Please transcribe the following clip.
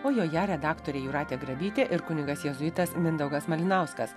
o joje redaktorė jūratė grabytė ir kunigas jėzuitas mindaugas malinauskas